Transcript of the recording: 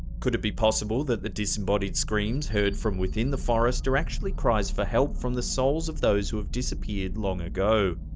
could it be possible that the disembodied screams heard from within the forest are actually cries for help from the souls of those who have disappeared long ago?